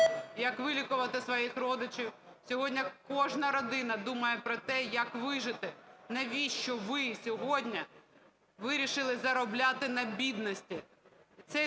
як вилікувати своїх родичів. Сьогодні кожна родина думає про те, як вижити. Навіщо ви сьогодні вирішили заробляти на бідності? Цей